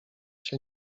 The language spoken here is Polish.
się